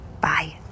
Bye